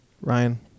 Ryan